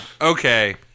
Okay